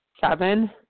Seven